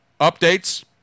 updates